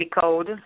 code